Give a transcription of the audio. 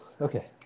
Okay